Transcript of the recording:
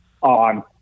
on